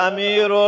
Amir